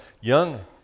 young